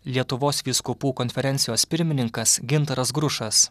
lietuvos vyskupų konferencijos pirmininkas gintaras grušas